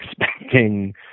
expecting